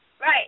Right